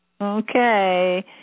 Okay